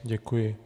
Děkuji.